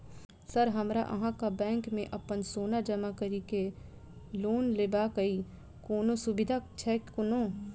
Sir हमरा अहाँक bank मे अप्पन सोना जमा करि केँ लोन लेबाक अई कोनो सुविधा छैय कोनो?